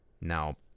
Now